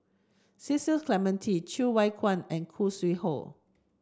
Cecil Clementi Cheng Wai Keung and Khoo Sui Hoe